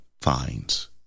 finds